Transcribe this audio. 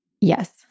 Yes